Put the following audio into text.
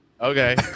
Okay